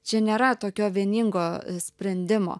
čia nėra tokio vieningo sprendimo